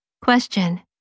Question